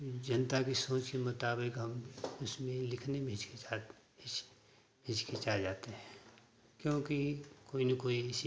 जनता के सोच के मुताबिक हम उसमें लिखने में हिचकिचाते हिचकिचा जाते हैं क्योंकि कोई न कोई इसे